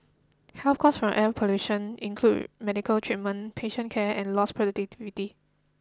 health cost from air pollution include medical treatment patient care and lost productivity